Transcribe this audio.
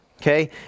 okay